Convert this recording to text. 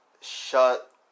shut